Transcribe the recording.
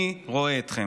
אני רואה אתכם.